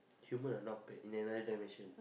human are not bad in another dimension